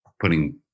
putting